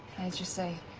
just say